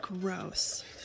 Gross